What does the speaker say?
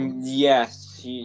Yes